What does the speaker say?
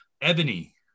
Ebony